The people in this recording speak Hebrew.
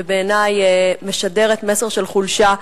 שבעיני משדרת מסר של חולשה,